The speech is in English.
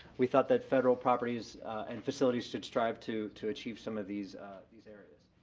we thought that federal properties and facilities should strive to to achieve some of these these areas.